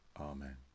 Amen